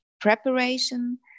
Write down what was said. preparation